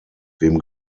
wem